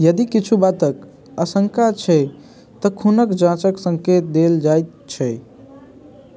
यदि किछु बातके आशङ्का छै तऽ खूनके जाँचके सङ्केत देल जाएत छै